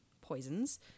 poisons